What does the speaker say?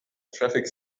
traffic